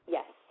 Yes